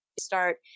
start